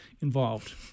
involved